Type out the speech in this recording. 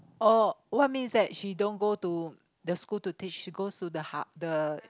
oh what means that she don't go to the school to teach go to the hub the